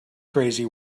crazy